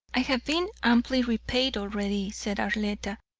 i have been amply repaid already, said arletta,